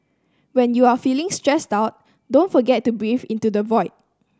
when you are feeling stressed out don't forget to breathe into the void